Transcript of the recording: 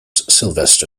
sylvester